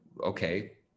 okay